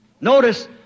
Notice